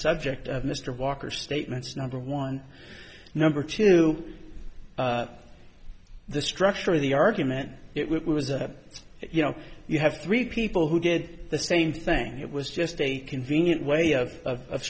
subject of mr walker's statements number one number two the structure of the argument it was a you know you have three people who did the same thing it was just a convenient way of